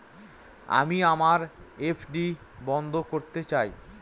আমি আমার এফ.ডি বন্ধ করতে চাই